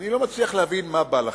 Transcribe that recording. אני לא מצליח להבין מה בא לכם.